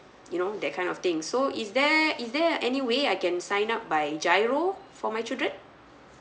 you know that kind of thing so is there is there any way I can sign up by G_I_R_O for my children